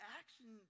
action